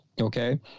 Okay